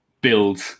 build